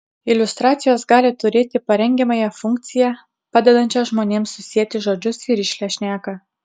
iliustracijos gali turėti parengiamąją funkciją padedančią žmonėms susieti žodžius į rišlią šneką